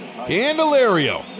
Candelario